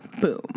boom